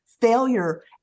failure